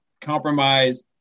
compromise